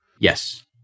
Yes